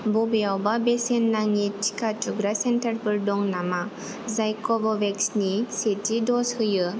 बबेयावबा बेसेन नाङि टिका थुग्रा सेन्टारफोर दं नामा जाय कव'भेक्सनि सेथि द'ज होयो